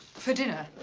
for dinner?